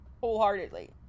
wholeheartedly